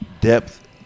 Depth